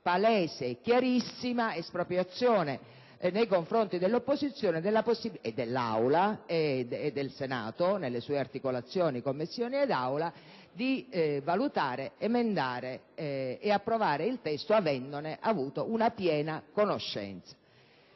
palese e chiarissima espropriazione nei confronti dell'opposizione, dell'Aula e del Senato nelle sue diverse articolazioni della possibilità di valutare, emendare ed approvare il testo avendone avuto una piena conoscenza.